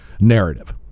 narrative